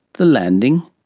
the landing.